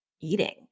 eating